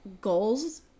goals